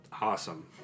Awesome